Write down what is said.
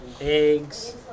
Eggs